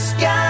Sky